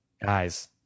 guys